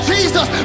Jesus